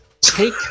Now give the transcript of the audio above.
Take